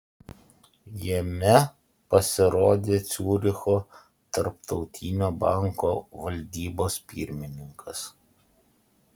jame pasirodė ciuricho tarptautinio banko valdybos pirmininkas